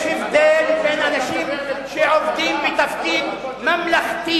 יש הבדל בין אנשים שעובדים בתפקיד ממלכתי